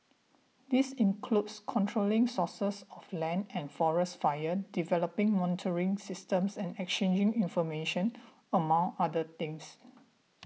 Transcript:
this includes controlling sources of land and forest fires developing monitoring systems and exchanging information among other things